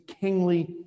kingly